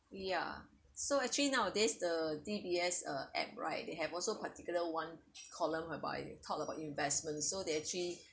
ya so actually nowadays the D_B_S uh app right they have also particular one column whereby they talked about investments so they actually